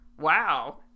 Wow